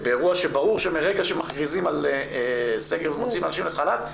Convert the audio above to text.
באירוע שברור שמרגע שמכריזים על סגר ומוציאים אנשים לחל"ת,